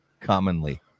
commonly